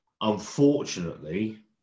Unfortunately